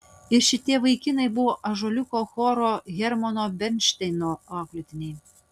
ir šitie vaikinai buvo ąžuoliuko choro hermano bernšteino auklėtiniai